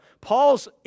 Paul's